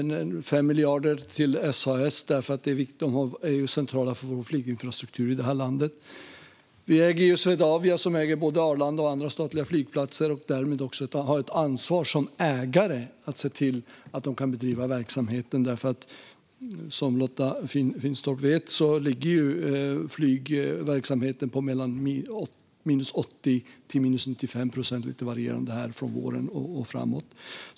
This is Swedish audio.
Det är 5 miljarder till SAS, eftersom de är centrala för flyginfrastrukturen i det här landet. Vi äger Swedavia, som äger både Arlanda och andra statliga flygplatser. Vi har ett ansvar som ägare att se till att de kan bedriva verksamheten. Som Lotta Finstorp vet ligger flygverksamheten på mellan 80 och 95 procent - det har varierat under våren och framåt.